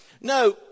No